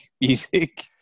music